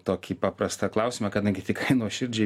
tokį paprastą klausimą kadangi tik nuoširdžiai